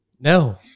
No